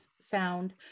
sound